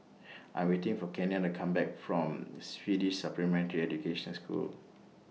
I Am waiting For Kenia to Come Back from Swedish Supplementary Education School